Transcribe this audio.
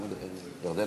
בבקשה,